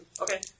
Okay